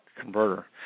converter